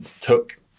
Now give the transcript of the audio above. took